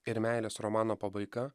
ir meilės romano pabaiga